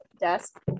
desk